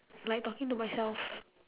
like talking to myself